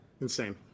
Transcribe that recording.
Insane